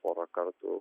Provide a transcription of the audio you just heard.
porą kartų